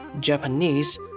Japanese